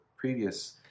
previous